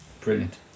Brilliant